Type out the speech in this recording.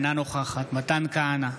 אינה נוכחת מתן כהנא,